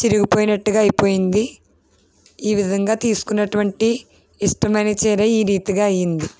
చిరిగిపోయినట్టుగా అయిపోయింది ఈ విధంగా తీసుకున్నటువంటి ఇష్టమైన చీర ఈ రీతిగా అయ్యింది